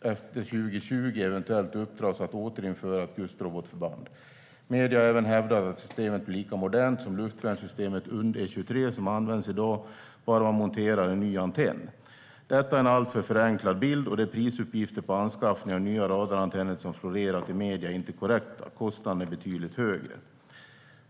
efter år 2020, eventuellt uppdras att återinföra ett kustrobotförband. Media har även hävdat att systemet blir lika modernt som luftvärnssystemet UndE 23 som används idag, bara man monterar en ny antenn. Detta är en alltför förenklad bild och de prisuppgifter på anskaffning av nya radarantenner som har florerat i media är inte korrekta. Kostnaden är betydligt högre.